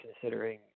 considering